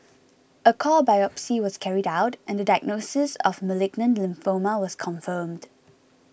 a core biopsy was carried out and the diagnosis of malignant lymphoma was confirmed